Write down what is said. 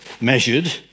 measured